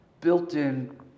built-in